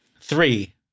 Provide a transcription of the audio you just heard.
Three